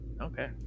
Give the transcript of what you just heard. Okay